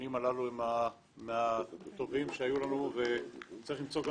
והבנים הללו הם מהטובים שלנו וצריך למצוא את